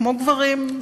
כמו גברים,